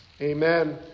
Amen